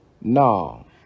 no